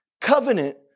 covenant